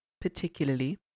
particularly